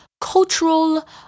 cultural